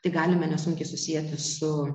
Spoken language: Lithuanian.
tai galime nesunkiai susieti su